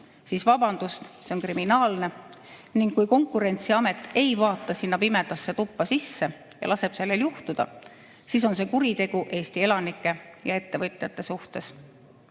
siis vabandust, see on kriminaalne. Kui Konkurentsiamet ei vaata sinna pimedasse tuppa sisse ja laseb sellel juhtuda, siis on see kuritegu Eesti elanike ja ettevõtjate vastu.Me